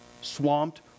Swamped